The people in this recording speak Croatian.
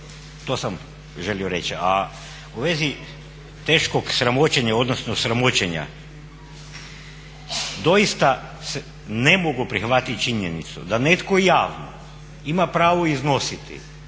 to sam želio reći.